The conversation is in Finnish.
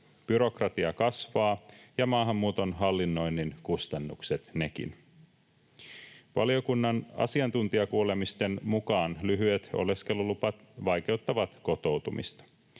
Byrokratia kasvaa ja maahanmuuton hallinnoinnin kustannukset nekin. Valiokunnan asiantuntijakuulemisten mukaan lyhyet oleskeluluvat vaikeuttavat kotoutumista.